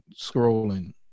scrolling